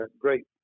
great